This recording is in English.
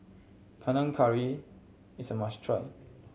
Panang Curry is a must try